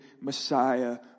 Messiah